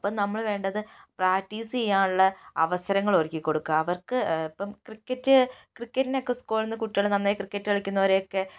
അപ്പം നമ്മൾ വേണ്ടത് പ്രാക്ടീസ് ചെയ്യാനുള്ള അവസരങ്ങൾ ഒരുക്കി കൊടുക്കുക അവർക്ക് ഇപ്പം ക്രിക്കറ്റ് ക്രിക്കറ്റിനൊക്കെ സ്കൂളിൽ നിന്ന് കുട്ടികള് നന്നായി ക്രിക്കറ്റ് കളിക്കുന്നവരെയൊക്കെ